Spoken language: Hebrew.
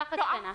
ככה קטנה.